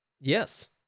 yes